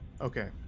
okay